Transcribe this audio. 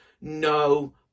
no